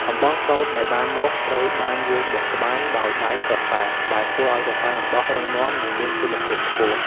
អំបោះសូត្រដែលបានមក ត្រូវបានយកមកត្បាញដោយដៃសុទ្ធសាធ ដែលធ្វើឱ្យសរសៃអំបោះរឹងមាំ និងមានគុណភាពខ្ពស់។